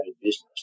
business